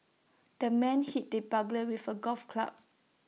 the man hit the burglar with A golf club